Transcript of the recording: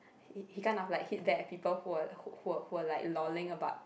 he he kind of like hit back at people who were who were who were like loling about